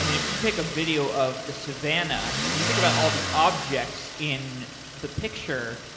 if you take a video of the savannah and you think about all of the objects in the picture,